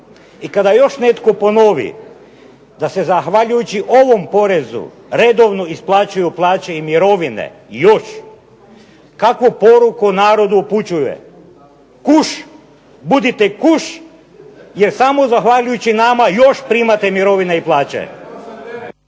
I kada još netko ponovi da se zahvaljujući ovom porezu redovno isplaćuju plaće i mirovine još kakvu poruku narodu upućuje? Kuš, budite kuš jer samo zahvaljujući nama još primate mirovine i plaće!